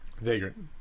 vagrant